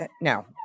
no